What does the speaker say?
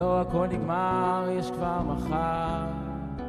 לא הכל נגמר, יש כבר מחר.